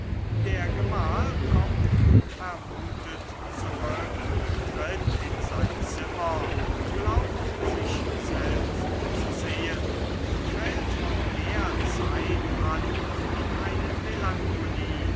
der gemahl kommt unvermutet zurück tritt in sein zimmer glaubt sich selbst zu sehen und fällt von der zeit an in eine melancholie